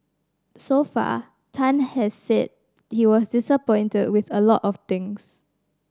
so far Tan has said he was disappointed with a lot of things